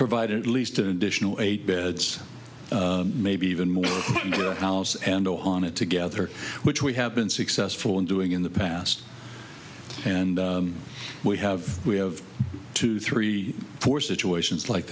provided at least an additional eight beds maybe even more house and on it together which we have been successful in doing in the past and we have we have two three four situations like